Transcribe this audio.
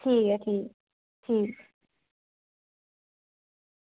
ठीक ऐ ठीक ऐ ठीक